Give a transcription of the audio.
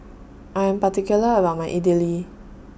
I Am particular about My Idili